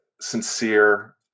sincere